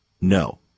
No